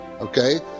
Okay